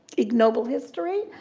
ignoble history.